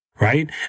right